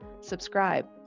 subscribe